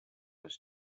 was